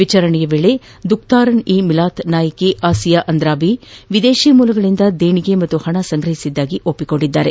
ವಿಚಾರಣೆಯ ವೇಳೆ ದುಖ್ತಾರನ್ ಇ ಮಿಲಾತ್ ನಾಯಕಿ ಆಸಿಯಾ ಅಂದ್ರಾಬಿ ತಾವು ವಿದೇಶೀ ಮೂಲಗಳಿಂದ ದೇಣಿಗೆ ಮತ್ತು ಹಣ ಸಂಗ್ರಹಿಸಿದ್ದಾಗಿ ಒಪ್ಸಿಕೊಂಡಿದ್ದಾರೆ